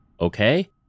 Okay